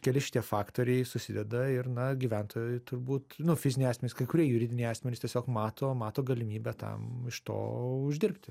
keli šitie faktoriai susideda ir na gyventojai turbūt fiziniai asmenys kai kurie juridiniai asmenys tiesiog mato mato galimybę tam iš to uždirbti